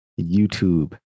YouTube